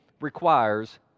requires